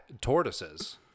tortoises